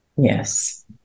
Yes